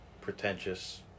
Pretentious